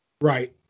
right